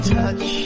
touch